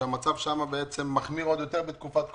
שהמצב מחמיר עוד יותר בתקופת קורונה.